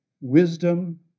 wisdom